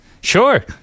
Sure